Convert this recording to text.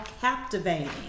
captivating